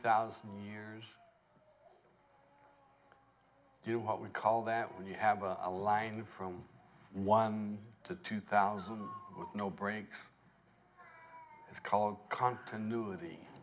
thousand years do what we call that when you have a line from one to two thousand no breaks it's called continuity